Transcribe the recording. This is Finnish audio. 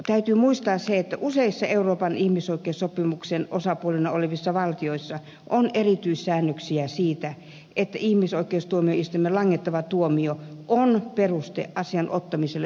täytyy muistaa että useissa euroopan ihmisoikeussopimuksen osapuolena olevissa valtioissa on erityissäännöksiä siitä että ihmisoikeustuomioistuimen langettava tuomio on peruste asian ottamiseksi uuteen käsittelyyn